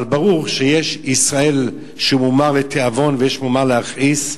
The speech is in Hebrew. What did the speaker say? אבל ברור שיש ישראל שמומר לתיאבון ויש מומר להכעיס.